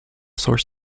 source